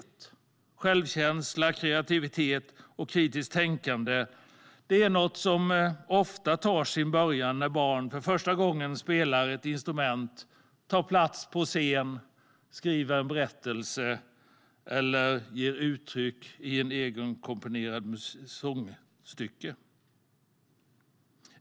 Självkänsla, kreativitet och kritiskt tänkande är något som ofta tar sin början när barn för första gången spelar ett instrument, tar plats på scen, skriver en berättelse eller framför ett egenkomponerat musikstycke.